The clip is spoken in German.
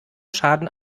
schaden